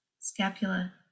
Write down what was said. scapula